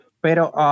pero